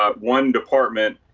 ah one department.